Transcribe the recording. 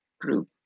group